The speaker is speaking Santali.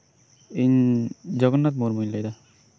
ᱤᱧ ᱡᱚᱜᱚᱱᱱᱟᱛᱷ ᱢᱩᱨᱢᱩᱧ ᱞᱟᱹᱭᱫᱟ